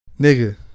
nigga